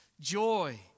joy